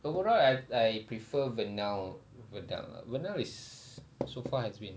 overall I I prefer vinyl vinyl vinyl is so far has been